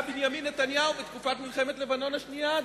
בנימין נתניהו בתקופת מלחמת לבנון השנייה,